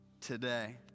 today